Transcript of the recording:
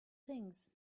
things